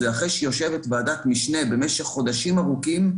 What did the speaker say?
זה אחרי שיושבת ועדת משנה במשך חודשים ארוכים,